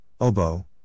oboe